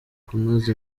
kunoza